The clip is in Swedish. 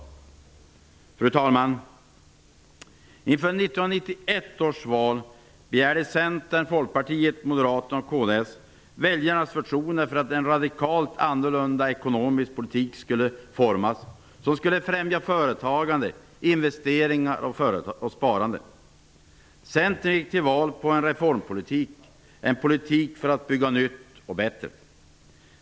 Inför 1991 års val begärde Centern, Folkpartiet, Moderaterna och kds väljarnas förtroende för en radikalt annorlunda utformad ekonomisk politik som skulle främja företagande, investeringar och sparande. Centern gick till val med en reformpolitik; en politik för att bygga nytt och bättre.